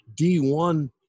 D1